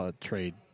trade